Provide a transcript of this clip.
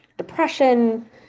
Depression